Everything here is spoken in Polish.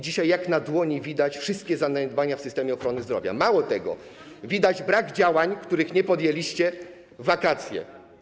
Dzisiaj jak na dłoni widać wszystkie zaniedbania w systemie ochrony zdrowia, mało tego, widoczny jest brak działań, których nie podjęliście w czasie wakacji.